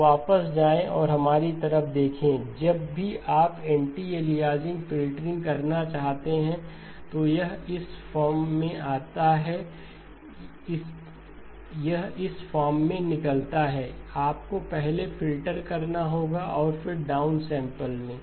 अब वापस जाएं और हमारी तरफ देखें जब भी आप एंटी अलियासिंग फ़िल्टरिंग करना चाहते हैं तो यह इस फॉर्म में आता है सही यह इस फॉर्म में निकलता है आपको पहले फ़िल्टर करना होगा और फिर डाउनसैंपल ले